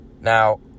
now